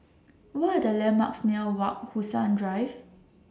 What Are The landmarks near Wak Drive